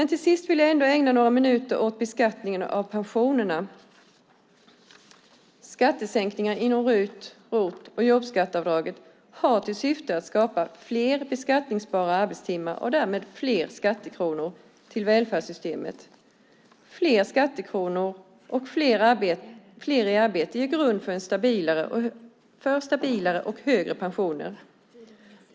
Till sist vill jag ägna några minuter åt beskattningen av pensionerna. Skattesänkningar inom RUT och ROT och jobbskatteavdraget har till syfte att skapa fler beskattningsbara arbetstimmar och därmed fler skattekronor till välfärdssystemet. Fler skattekronor och fler i arbete ger grund för stabilare och högre pensioner.